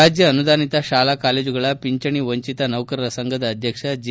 ರಾಜ್ಯ ಅನುದಾನಿತ ಶಾಲಾ ಕಾಲೇಜುಗಳ ಪಿಂಚಣಿ ವಂಚಿತ ನೌಕರರ ಸಂಘದ ಅಧ್ಯಕ್ಷ ಜಿ